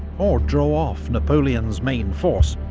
or draw off napoleon's main force,